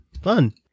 fun